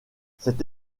cet